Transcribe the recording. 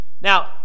Now